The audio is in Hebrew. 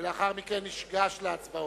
ולאחר מכן ניגש להצבעות.